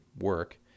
work